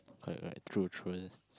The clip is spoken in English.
correct correct true true